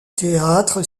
théâtre